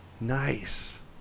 Nice